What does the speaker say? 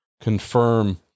confirm